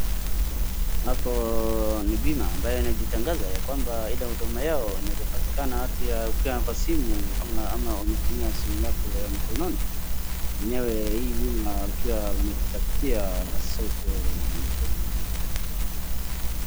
Hapo ni bima ambaye inajitangaza ya kwamba ile huduma yao inaeza patikana kupitia ukiwa kwa simu ama unatumia simu yako ya mkononi. Enyewe hii bima kila wanajitafutia soko nzuri.